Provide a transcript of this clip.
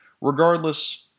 Regardless